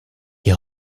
die